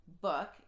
book